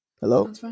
Hello